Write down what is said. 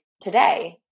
today